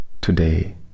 today